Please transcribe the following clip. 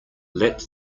let